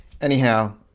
Anyhow